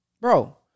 bro